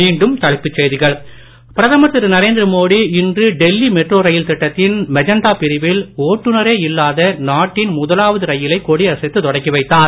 மீண்டும்தலைப்புச்செய்திகள் பிரதமர்திருநரேந்திரமோடிஇன்றுடெல்லிமெட்ரோரயில்திட்டத்தின்மெஜ ண்டாபிரிவில் ஒட்டுனரேஇல்லாத நாட்டின்முதலாவதுரயிலை கொடியசைத்துதொடக்கிவைத்தார்